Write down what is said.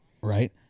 right